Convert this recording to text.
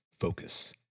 focus